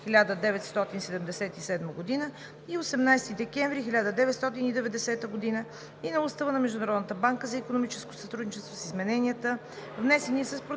1977 г. и 18 декември 1990 г.) и на Устава на Международната банка за икономическо сътрудничество (с измененията, внесени с